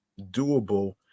doable